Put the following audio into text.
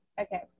Okay